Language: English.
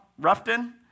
Ruffton